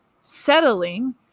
settling